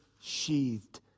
sheathed